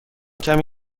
کمی